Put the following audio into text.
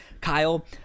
kyle